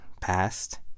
passed